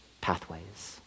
pathways